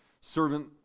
servant